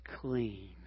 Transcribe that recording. clean